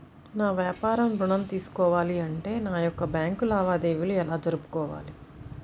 నాకు వ్యాపారం ఋణం తీసుకోవాలి అంటే నా యొక్క బ్యాంకు లావాదేవీలు ఎలా జరుపుకోవాలి?